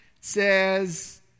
says